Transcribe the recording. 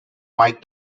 mike